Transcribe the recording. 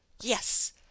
Yes